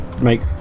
make